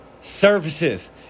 services